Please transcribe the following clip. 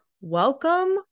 welcome